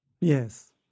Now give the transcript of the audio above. yes